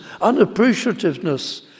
unappreciativeness